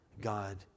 God